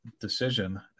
decision